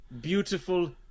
Beautiful